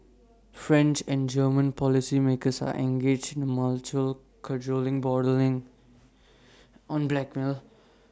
French and German policymakers are engaged in mutual cajoling bordering on blackmail